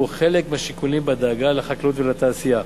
חלק מהשיקולים בדאגה לחקלאות ולתעשייה.